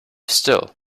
still